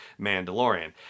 Mandalorian